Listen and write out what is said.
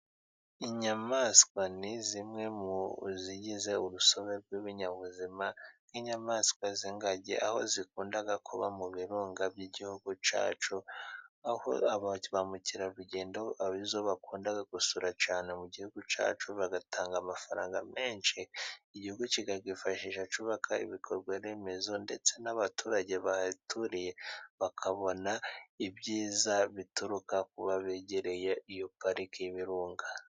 Inyamaswa ni zimwe mu zigize urusobe rw'ibinyabuzima， nk'inyamaswa z'ingagi aho zikunda kuba mu birunga by'igihugu cyacu， aho ba mukerarugendo arizo bakunda gusura cyane mu gihugu cyacu， bagatanga amafaranga menshi， igihugu kikayifashisha cyubaka ibikorwaremezo， ndetse n'abaturage bahaturiye， bakabona ibyiza bituruka kuba begereye iyo pariki y'ibirunga.